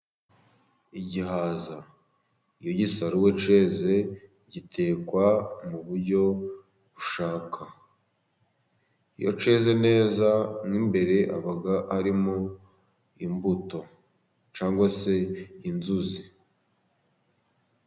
Igihaza iyo ugisaruwe cyeze , gitekwa mu buryo ushaka. Iyo cyeze neza , mo imbere haba harimo imbuto cyangwa se inzuzi.